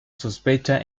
sospecha